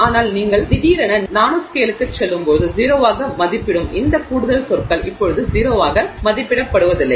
ஆனால் நீங்கள் திடீரென நானோஸ்கேலுக்குச் செல்லும்போது 0 ஆக மதிப்பிடும் இந்த கூடுதல் சொற்கள் இப்போது 0 ஆக மதிப்பிடப்படுவதில்லை